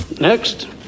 Next